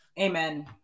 Amen